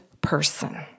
person